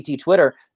Twitter